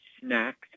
snacks